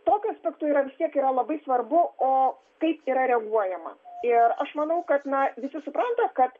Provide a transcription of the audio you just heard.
tokiu aspektu yra vis tiek yra labai svarbu o kaip yra reaguojama ir aš manau kad na visi supranta kad